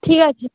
ঠিক আছে